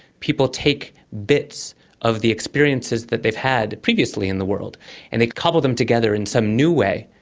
people take bits of the experiences that they've had previously in the world and they cobble them together in some new way,